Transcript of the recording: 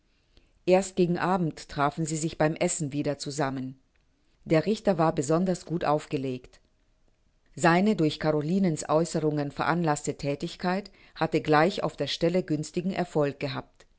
erst gegen abend trafen sie beim essen wieder zusammen der richter war besonders gut aufgelegt seine durch carolinens aeußerungen veranlaßte thätigkeit hatte gleich auf der stelle günstigen erfolg gehabt